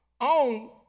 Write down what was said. on